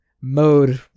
mode